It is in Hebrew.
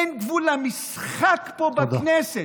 אין גבול למשחק פה בכנסת,